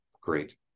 great